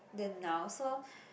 than now so